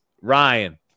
Ryan